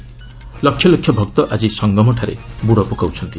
ଲକ୍ଷ ଲକ୍ଷ ଭକ୍ତ ଆଜି ସଙ୍ଗମଠାରେ ବୃଡ଼ ପକାଉଛନ୍ତି